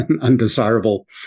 undesirable